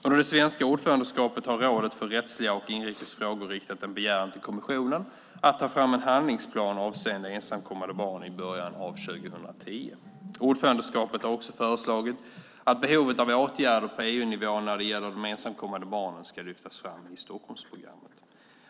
Under det svenska ordförandeskapet har rådet för rättsliga och inrikes frågor riktat en begäran till kommissionen att till början av 2010 ta fram en handlingsplan avseende ensamkommande barn. Ordförandeskapet har också föreslagit att behovet av åtgärder på EU-nivå när det gäller de ensamkommande barnen ska lyftas fram i Stockholmsprogrammet.